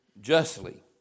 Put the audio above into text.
justly